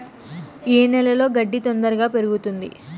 ఏ నేలలో గడ్డి తొందరగా పెరుగుతుంది